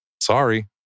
sorry